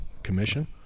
Commission